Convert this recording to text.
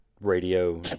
radio